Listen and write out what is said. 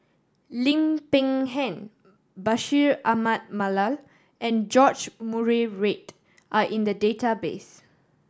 Lim Peng Han Bashir Ahmad Mallal and George Murray Reith are in the database